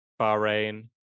Bahrain